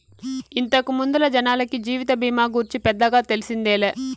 ఇంతకు ముందల జనాలకి జీవిత బీమా గూర్చి పెద్దగా తెల్సిందేలే